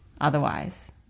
otherwise